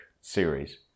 series